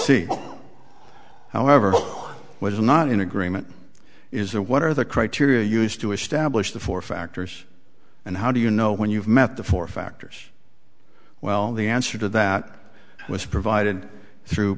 c however which is not in agreement is there what are the criteria used to establish the four factors and how do you know when you've met the four factors well the answer to that was provided through